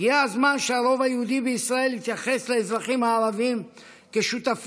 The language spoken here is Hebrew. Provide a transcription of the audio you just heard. הגיע הזמן שהרוב היהודי בישראל יתייחס לאזרחים הערבים כשותפים,